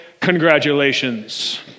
congratulations